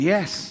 Yes